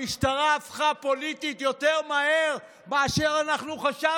המשטרה הפכה פוליטית יותר מהר משחשבנו.